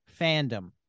fandom